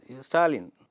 Stalin